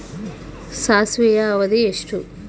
ಸಾಸಿವೆಯ ಅವಧಿ ಎಷ್ಟು?